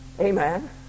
Amen